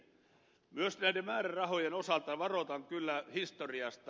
myös näiden määrärahojen osalta varoitan kyllä historiasta